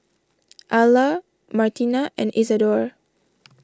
Alla Martina and Isadore